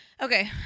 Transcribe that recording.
Okay